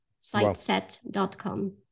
siteset.com